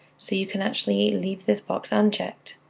so you can actually leave this box unchecked,